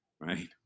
right